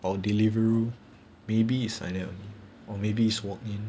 while deliver maybe is like that only or maybe is walk in